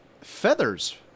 feathers